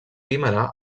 guimerà